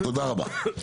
תודה רבה.